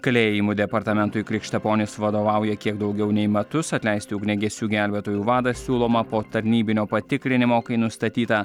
kalėjimų departamentui krikštaponis vadovauja kiek daugiau nei metus atleisti ugniagesių gelbėtojų vadą siūloma po tarnybinio patikrinimo kai nustatyta